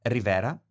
Rivera